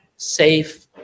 safe